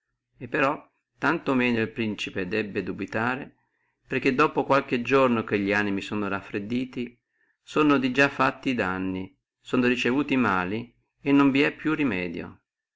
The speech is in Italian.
e però tanto meno el principe debbe dubitare perché dopo qualche giorno che li animi sono raffreddi sono di già fatti e danni sono ricevuti e mali e non vi è più remedio